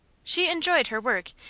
she enjoyed her work,